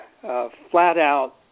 flat-out